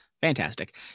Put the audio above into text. Fantastic